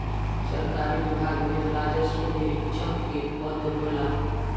सरकारी विभाग में राजस्व निरीक्षक के पद होला